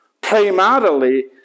primarily